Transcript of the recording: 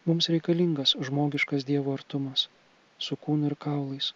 mums reikalingas žmogiškas dievo artumas su kūnu ir kaulais